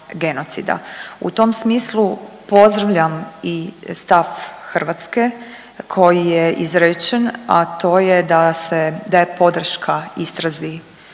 U tom smislu pozdravljam i stav Hrvatske koji je izrečen, a to je da je podrška istrazi